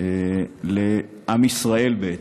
לעם ישראל, בעצם.